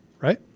right